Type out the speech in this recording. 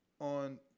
on